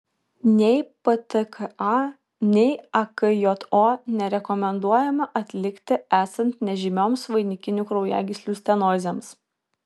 nei ptka nei akjo nerekomenduojama atlikti esant nežymioms vainikinių kraujagyslių stenozėms